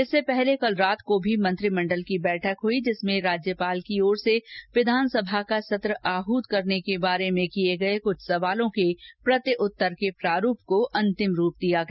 इससे पहले कल रात को भी मंत्रिमंडल की बैठक हुई जिसमें राज्यपाल की ओर से विधानसभा का सत्र आहूत करने के बारे में किये गये कुछ सवालों के प्रतिउत्तर के प्रारूप को अंतिम रूप दिया गया